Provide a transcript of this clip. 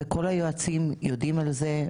כל היועצים יודעים על זה,